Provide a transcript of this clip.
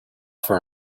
for